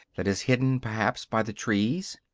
that is hidden perhaps by the trees,